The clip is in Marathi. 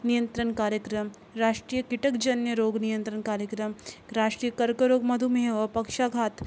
नियंत्रण कार्यक्रम राष्ट्रीय कीटकजन्य रोग नियंत्रण कार्यक्रम राष्ट्रीय कर्करोग मधुमेह व पक्षाघात